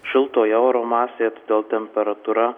šiltoje oro masėje todėl temperatūra